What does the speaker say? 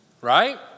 right